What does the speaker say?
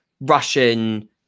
Russian